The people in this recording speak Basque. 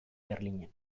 berlinen